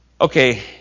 Okay